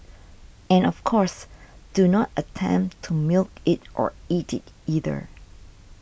and of course do not attempt to milk it or eat it either